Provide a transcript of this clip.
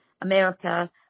America